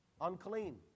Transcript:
unclean